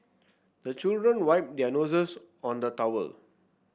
the children wipe their noses on the towel